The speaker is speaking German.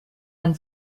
man